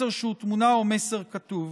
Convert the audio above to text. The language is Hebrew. מסר שהוא תמונה או מסר כתוב.